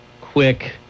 quick